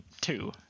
two